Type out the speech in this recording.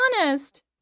Honest